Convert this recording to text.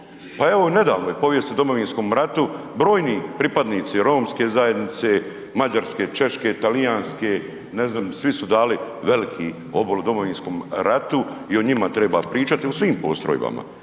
Pa evo nedavno je i u povijesti u Domovinskom ratu, brojni pripadnici romske zajednice, mađarske, češke, talijanske, ne znam, svi su dali veliki obol Domovinskom ratu i o njima treba pričati, u svom postrojbama.